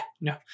no